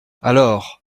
alors